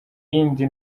iyindi